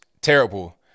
Terrible